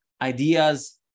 ideas